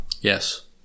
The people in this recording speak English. yes